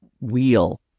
wheel